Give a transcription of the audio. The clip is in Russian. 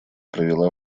провела